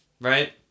right